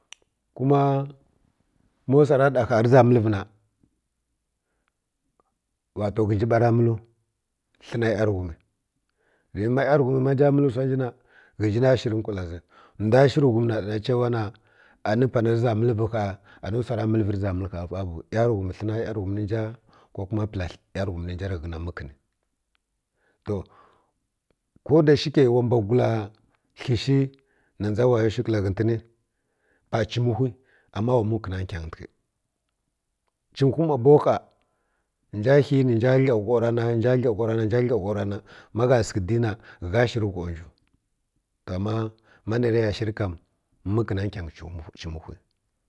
Kuma mawsara ɗa rǝza mǝlǝvi khi na wato ghǝnji ɓara mǝlu tlǝnaˈyarughum ˈyarughum ma nja mǝllǝ wsa nji na ghǝnji na shiri nkwala zi ndwa shi rǝ ghum na mbanǝ ɗarǝna anǝ pana rǝ zha mǝlǝvǝ kha anǝ wsa ra saa rǝza mǝlǝvǝ khau ˈyarughum tlǝna ˈyarughum ninja kokuma pǝla ˈyarughumninja rǝ ghena mǝkǝnǝ to ko da shikyai wa mbwagula kli shi na ndza wayo shǝ kǝla ghǝntǝni ɓa chimuwhi ama wa mǝkǝna nkyangyiu ghǝntǝni chimuwhu ˈma bo kha nja khi nja gla ghau rana nja gla ghau rana nja gla ghau rana, ma gha sǝghǝ di na gha shǝri ghauwa nju ama ma na riya shiri kam wa mǝkǝna nkyangyi chimuwhi